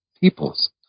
peoples